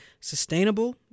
sustainable